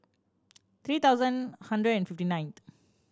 three thousand hundred and fifty ninth